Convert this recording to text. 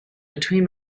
between